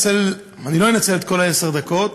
אני לא אנצל את כל עשר הדקות.